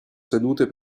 sedute